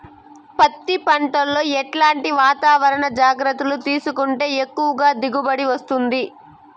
పత్తి పంట లో ఎట్లాంటి వాతావరణ జాగ్రత్తలు తీసుకుంటే ఎక్కువగా దిగుబడి వస్తుంది?